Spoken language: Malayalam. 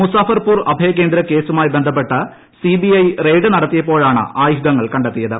മുസാഫർപൂർ അഭയകേന്ദ്രകേസുമായി ബന്ധപ്പെട്ട് സിബിഐ റെയ്ഡ് നടത്തിയപ്പോഴാണ് ആയുധങ്ങൾ ക ത്തിയത്